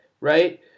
right